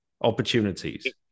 opportunities